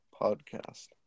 podcast